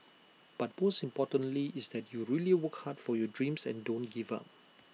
but most importantly is that you really work hard for your dreams and don't give up